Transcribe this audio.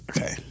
Okay